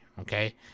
okay